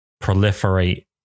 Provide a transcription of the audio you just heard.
proliferate